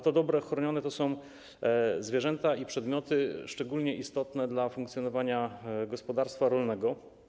Te chronione dobra to zwierzęta i przedmioty szczególnie istotne dla funkcjonowania gospodarstwa rolnego.